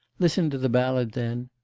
listen to the ballad then.